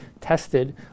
tested